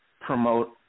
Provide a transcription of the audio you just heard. promote